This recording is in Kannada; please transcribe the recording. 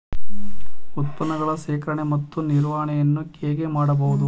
ಉತ್ಪನ್ನಗಳ ಶೇಖರಣೆ ಮತ್ತು ನಿವಾರಣೆಯನ್ನು ಹೇಗೆ ಮಾಡಬಹುದು?